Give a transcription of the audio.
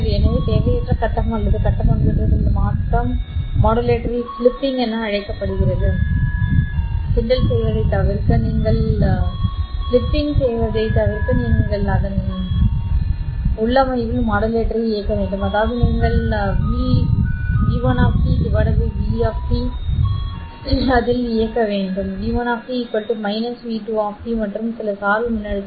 எனவே தேவையற்ற கட்டம் அல்லது கட்ட பண்பேற்றத்தில் இந்த மாற்றம் மாடுலேட்டரில் சிலிப்பிங் என அழைக்கப்படுகிறது கிண்டல் செய்வதைத் தவிர்க்க நீங்கள் அதன் புஷ் புல் உள்ளமைவில் மாடுலேட்டரை இயக்க வேண்டும் அதாவது நீங்கள் டிவி 1 டி டிடி டிவி 2 ஐ இயக்க வேண்டும் dt அல்லது v1 v2 மற்றும் சில சார்பு மின்னழுத்தம்